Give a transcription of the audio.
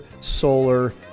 solar